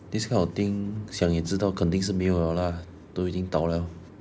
this kind of thing 想也知道肯定是没有 liao ah 都已经倒 liao